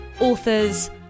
authors